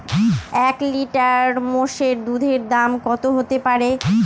এক লিটার মোষের দুধের দাম কত হতেপারে?